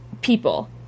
people